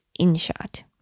InShot